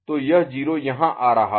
तो यह 0 यहां आ रहा है